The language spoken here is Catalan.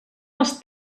les